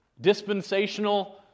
dispensational